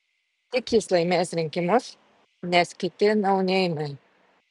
tik jis laimės rinkimus nes kiti nauneimai